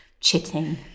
chitting